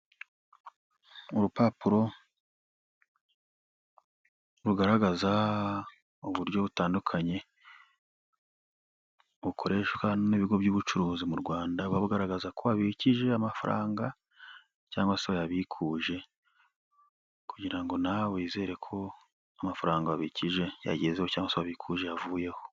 Urupapuro rugaragaza uburyo butandukanye bukoreshwa n'ibigo by'ubucuruzi mu Rwanda, buba bugaragaza ko wabikije amafaranga cyangwa se wayabikuje kugira ngo nawe wizere ko amafaranga abikije yagezeho cyangwa se wabikuje yavuyeho.